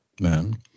man